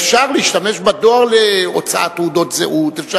אפשר להשתמש בדואר להוצאת תעודות זהות,